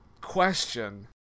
question